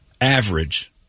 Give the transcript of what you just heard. Average